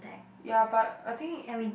ya but I think